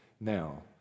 Now